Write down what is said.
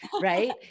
Right